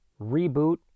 Reboot